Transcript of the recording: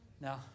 Now